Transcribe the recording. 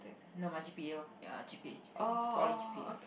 no my g_p_a lor ya g_p_a g_p_a poly g_p_a